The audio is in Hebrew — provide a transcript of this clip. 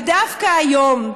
ודווקא היום,